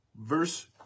verse